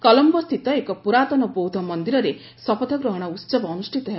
କଲମ୍ବୋ ସ୍ଥିତ ଏକ ପୁରାତନ ବୌଦ୍ଧ ମନ୍ଦିରରେ ଶପଥ ଗ୍ରହଣ ଉତ୍ସବ ଅନୁଷ୍ଠିତ ହେବ